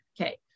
Okay